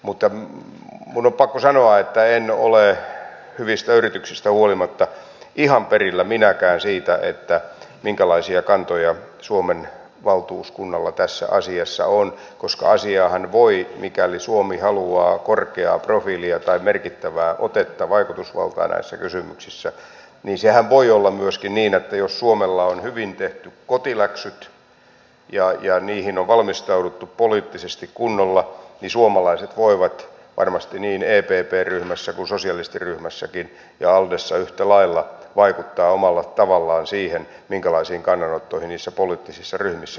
mutta minun on pakko sanoa että en ole hyvistä yrityksistä huolimatta ihan perillä minäkään siitä minkälaisia kantoja suomen valtuuskunnalla tässä asiassa on koska mikäli suomi haluaa korkeaa profiilia tai merkittävää otetta vaikutusvaltaa näissä kysymyksissä niin sehän voi olla myöskin niin että jos suomella on hyvin tehty kotiläksyt ja niihin on valmistauduttu poliittisesti kunnolla niin suomalaiset voivat varmasti niin epp ryhmässä kuin sosialistiryhmässäkin ja aldessa yhtä lailla vaikuttaa omalla tavallaan siihen minkälaisiin kannanottoihin niissä poliittisissa ryhmissä puolestaan päädytään